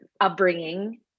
upbringing